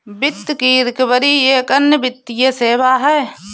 वित्त की रिकवरी एक अन्य वित्तीय सेवा है